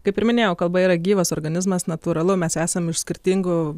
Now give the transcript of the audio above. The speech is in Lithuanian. kaip ir minėjau kalba yra gyvas organizmas natūralu mes esam iš skirtingų